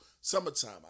Summertime